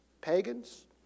pagans